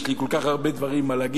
יש לי כל כך הרבה דברים להגיד,